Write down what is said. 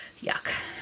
Yuck